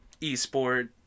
eSport